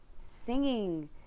singing